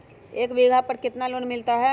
एक बीघा पर कितना लोन मिलता है?